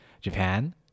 Japan